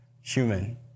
human